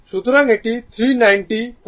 সুতরাং এটি 39 061